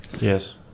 Yes